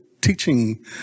teaching